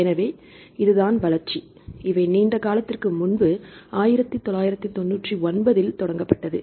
எனவே இது தான் வளர்ச்சி இவை நீண்ட காலத்திற்கு முன்பு 1999 இல் தொடங்கப்பட்டது